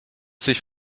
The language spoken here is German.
sich